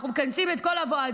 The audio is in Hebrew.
אנחנו מכנסים את כל הוועדות.